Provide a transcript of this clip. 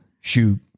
shoot